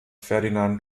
ferdinand